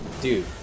Dude